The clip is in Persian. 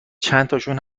چندتاشون